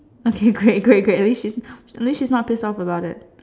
okay great great great at least she's she's not pissed off about it